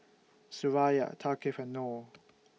Suraya Thaqif and Noh